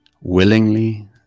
Willingly